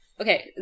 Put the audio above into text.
Okay